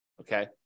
okay